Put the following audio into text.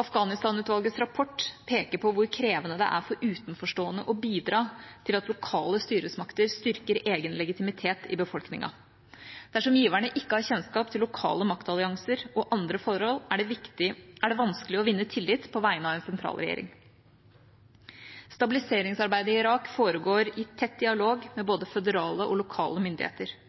Afghanistan-utvalgets rapport peker på hvor krevende det er for utenforstående å bidra til at lokale styresmakter styrker egen legitimitet i befolkningen. Dersom giverne ikke har kjennskap til lokale maktallianser og andre forhold, er det vanskelig å vinne tillit på vegne av en sentralregjering. Stabiliseringsarbeidet i Irak foregår i tett dialog med både føderale og lokale myndigheter.